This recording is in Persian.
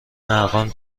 ارقام